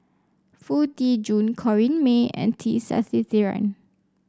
Foo Tee Jun Corrinne May and T Sasitharan